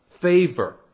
favor